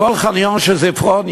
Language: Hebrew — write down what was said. כל חניון "שזיפרון",